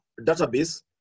database